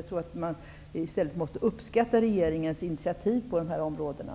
Jag tror att man i stället måste uppskatta regeringens initiativ på de här områdena.